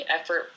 effort